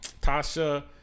tasha